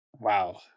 Wow